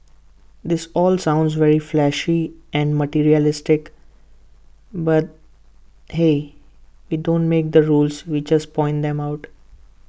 this all sounds very flashy and materialistic but hey we don't make the rules we just point them out